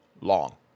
long